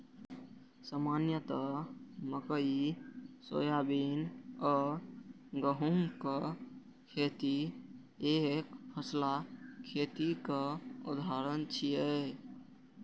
सामान्यतः मकइ, सोयाबीन आ गहूमक खेती एकफसला खेतीक उदाहरण छियै